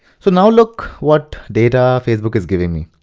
so now look what data facebook is giving me.